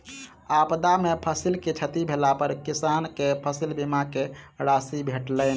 आपदा में फसिल के क्षति भेला पर किसान के फसिल बीमा के राशि भेटलैन